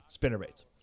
spinnerbaits